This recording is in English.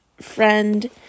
friend